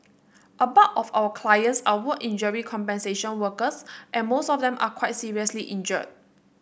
a bulk of our clients are work injury compensation workers and most of them are quite seriously injured